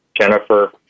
Jennifer